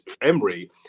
Emery